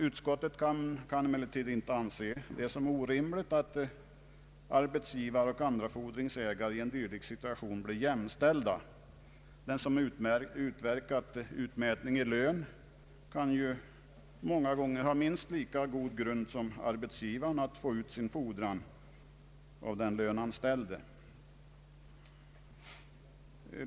Utskottet kan emellertid inte se det som orimligt, att arbetsgivare och andra fordringsägare i en dylik situation blir jämställda. Den som utverkat utmätning i lön kan mycket väl tänkas ha minst lika god grund som arbetsgivaren att få ut sin fordran av den löneanställde.